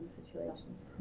situations